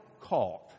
caught